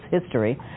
history